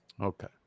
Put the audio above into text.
Okay